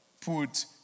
put